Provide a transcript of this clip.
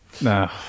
no